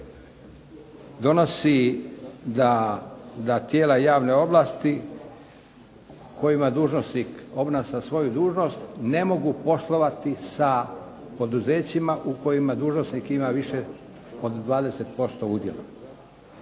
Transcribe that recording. donosi da tijela javne ovlasti kojima dužnosnik obnaša svoju dužnost ne mogu poslovati sa poduzećima u kojima dužnosnik ima više od 20% udjela.